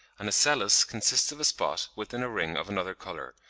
an ocellus consists of a spot within a ring of another colour,